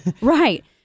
right